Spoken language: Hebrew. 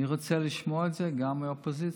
אני רוצה לשמוע את זה גם מהאופוזיציה,